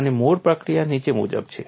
અને મૂળ પ્રક્રિયા નીચે મુજબ છે